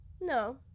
No